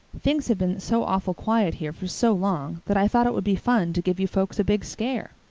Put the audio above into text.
things have been so awful quiet here for so long that i thought it would be fun to give you folks a big scare.